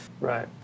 Right